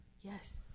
Yes